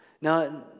Now